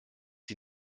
sie